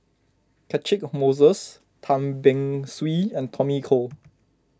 Catchick Moses Tan Beng Swee and Tommy Koh